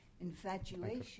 infatuation